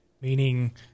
Meaning